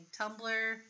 Tumblr